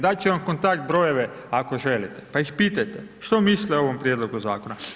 Dati ću vam kontakt brojeve ako želite, pa ih pitajte što misle o ovom prijedlogu zakona.